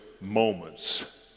moments